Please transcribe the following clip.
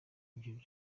ibi